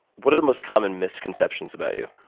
what are the most common misconceptions about you?